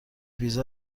ویزا